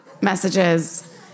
messages